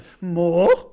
More